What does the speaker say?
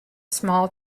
small